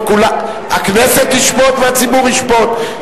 הכנסת תשפוט והציבור ישפוט.